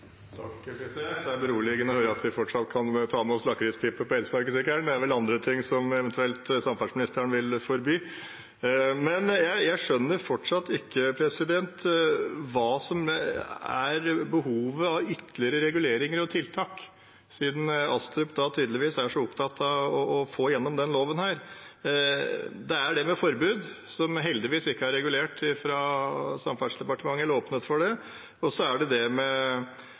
beroligende å høre at vi fortsatt kan ta med oss lakrispipa på elsparkesykkelen. Det er vel andre ting samferdselsministeren eventuelt vil forby. Jeg skjønner fortsatt ikke behovet for ytterligere reguleringer og tiltak, siden Astrup tydeligvis er så opptatt av å få igjennom denne loven. Det er det med forbud, som heldigvis ikke er regulert av Samferdselsdepartementet eller åpnet for, og så er det det med